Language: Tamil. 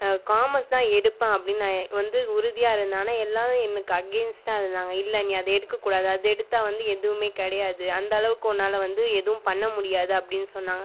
காமஸ் தான் எடுப்பேன் அப்படினு நான் வந்து உறுதியாக இருந்தேன் ஆனால் எல்லோரும் எனக்கு அகைன்ஸ்ட்டாக இருந்தாங்கள் இல்லை நீ அதை எடுக்கக்கூடாது அதை எடுத்தால் வந்து எதுவுமே கிடையாது அந்த அளவுக்கு உன்னால் வந்து எதுவும் பண்ண முடியாது அப்படினு சொன்னாங்கள்